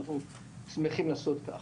ואנחנו שמחים לעשות כך.